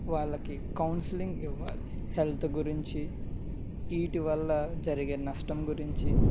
వాళ్ళకి కౌన్సిలింగ్ ఇవ్వాలి హెల్త్ గురించి వీటివల్ల జరిగే నష్టం గురించి